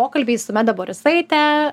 pokalbiai su meda borisaite